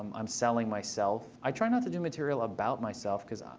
i'm selling myself. i try not to do material about myself, because ah